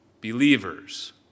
believers